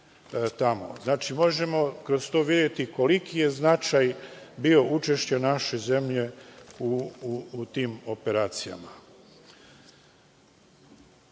Znači, možemo kroz to videti koliki je značaj bio učešća naše zemlje u tim operacijama. Takođe,